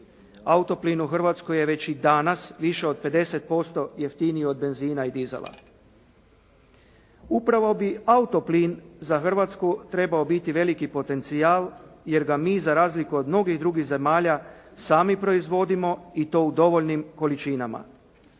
Autoplin u Hrvatskoj je već i danas više od 50% jeftiniji od benzina i diesela. Upravo bi autoplin za Hrvatsku trebao biti veliki potencijal jer ga mi za razliku od mnogih drugih zemalja sami proizvodimo i to u dovoljnim količinama.